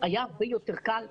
היה הרבה יותר קל,